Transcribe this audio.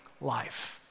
life